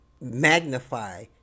magnify